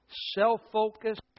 self-focused